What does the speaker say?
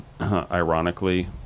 ironically